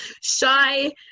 shy